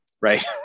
right